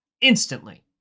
instantly